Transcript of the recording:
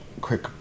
quick